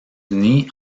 unis